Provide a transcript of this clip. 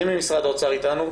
מי ממשרד האוצר אתנו?